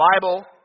Bible